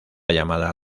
llamada